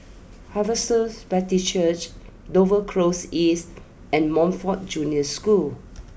Harvester Baptist Church Dover close East and Montfort Junior School